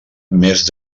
més